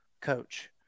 coach